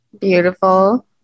Beautiful